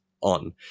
on